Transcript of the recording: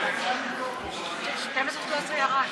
זה לא בסדר.